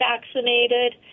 vaccinated